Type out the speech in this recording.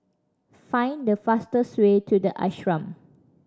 find the fastest way to The Ashram